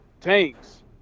tanks